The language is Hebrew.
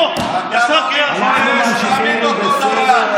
חבר הכנסת אוחנה.